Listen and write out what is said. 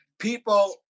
people